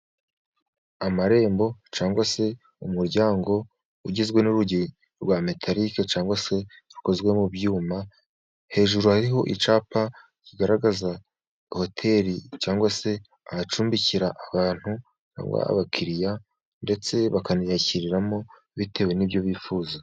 Amarembo cyangwa se umuryango, ugizwe n'urugi rwa metarike cyangwa se rukozwe mu byuma. Hejuru hariho icyapa kigaragaza hoteri cyangwa se ahacumbikira abantu, abakiriya ndetse bakaniyakiriramo bitewe n'ibyo bifuza.